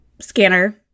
scanner